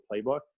playbook